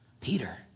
peter